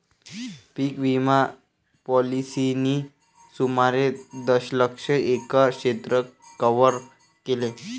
पीक विमा पॉलिसींनी सुमारे दशलक्ष एकर क्षेत्र कव्हर केले